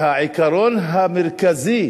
והעיקרון המרכזי